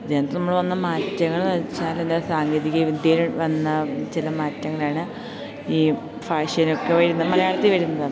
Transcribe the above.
ഇതിനകത്ത് നമ്മള് വന്ന മാറ്റങ്ങളെന്ന് വെച്ചാല് എന്താ സാങ്കേതിക വിദ്യയിൽ വന്ന ചില മാറ്റങ്ങളാണ് ഈ ഭാഷയിലൊക്കെ വരുന്നത് മലയാളത്തിൽ വരുന്നത്